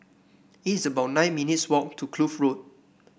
it's about nine minutes' walk to Kloof Road